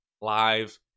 live